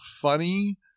funny